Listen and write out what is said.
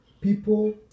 people